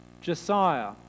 Josiah